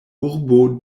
urbo